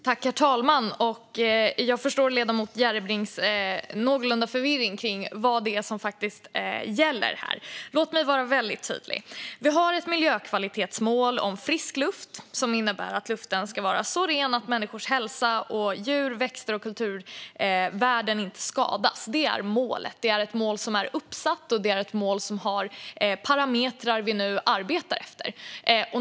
Herr talman! Jag förstår ledamoten Järrebrings förvirring kring vad det är som faktiskt gäller här. Låt mig vara väldigt tydlig. Vi har ett miljökvalitetsmål om frisk luft som innebär att luften ska vara så ren att människors hälsa, djur, växter och kulturvärden inte skadas. Det är målet. Det är ett mål som är uppsatt, och det är ett mål som har parametrar som vi nu arbetar efter.